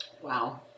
Wow